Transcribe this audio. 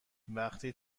وقتی